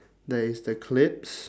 there is the clips